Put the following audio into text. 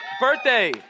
birthday